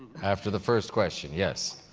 after the first question, yes.